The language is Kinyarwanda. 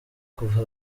kuva